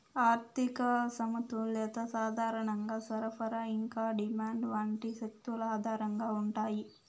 ఆర్థిక సమతుల్యత సాధారణంగా సరఫరా ఇంకా డిమాండ్ వంటి శక్తుల ఆధారంగా ఉంటాయి